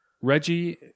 Reggie